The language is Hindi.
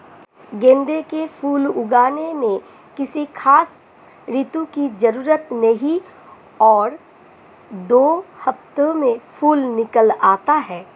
गेंदे के फूल उगाने में किसी खास ऋतू की जरूरत नहीं और दो हफ्तों में फूल निकल आते हैं